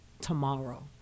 tomorrow